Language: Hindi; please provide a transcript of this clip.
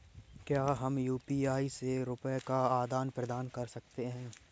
क्या हम यू.पी.आई से रुपये का आदान प्रदान कर सकते हैं?